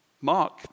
Mark